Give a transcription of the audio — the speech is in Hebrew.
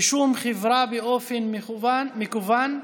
(רישום חברה באופן מקוון),